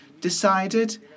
decided